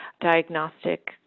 diagnostic